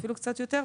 ואפילו קצת יותר,